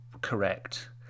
correct